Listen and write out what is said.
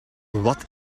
wat